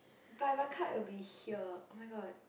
but if I cut it'll be here oh-my-god